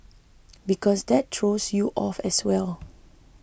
because that throws you off as well